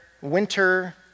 winter